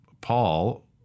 Paul